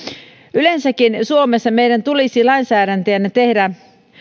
yleensäkin suomessa meidän tulisi lainsäätäjinä tehdä